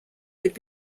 could